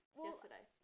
Yesterday